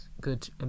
good